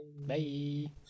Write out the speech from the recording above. Bye